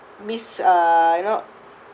miss~ uh you know